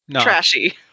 trashy